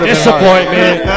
Disappointment